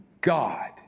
God